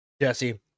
Jesse